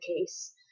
case